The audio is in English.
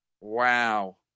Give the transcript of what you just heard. wow